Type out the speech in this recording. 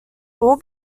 all